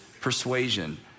persuasion